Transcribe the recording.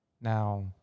Now